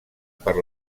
per